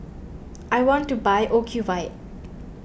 I want to buy Ocuvite